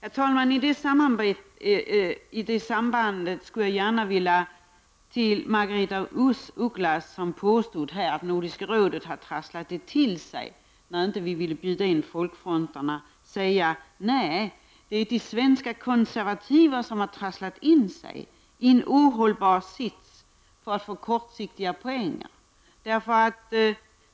Detta har vi socialdemokrater sett som mycket viktigt. Herr talman! Margaretha af Ugglas påstod att Nordiska rådet har trasslat till det för sig när man inte vill bjuda in de baltiska folkfronterna. Men det är ju de svenska konservativa som har trasslat in sig och hamnat i en ohållbar sits för att få kortsiktiga poänger!